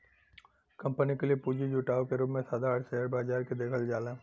company के लिए पूंजी जुटावे के रूप में साधारण शेयर बाजार के देखल जाला